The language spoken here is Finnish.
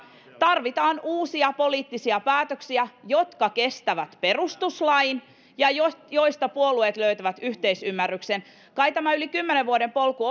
tarvitaan uusia poliittisia päätöksiä jotka kestävät perustuslain ja joista joista puolueet löytävät yhteisymmärryksen kai tämä yli kymmenen vuoden polku